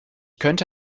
könnte